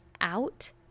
out